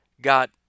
got